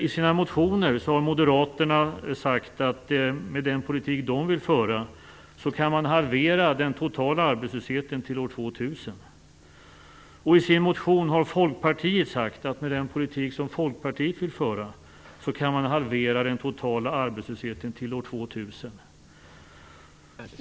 I sin motion har moderaterna sagt att med den politik de vill föra kan man halvera den totala arbetslösheten till år 2000. I sin motion har Folkpartiet sagt att med den politik Folkpartiet vill föra kan man halvera den totala arbetslösheten till år 2000.